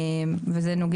בוועדה ואנחנו עוד לא נתנו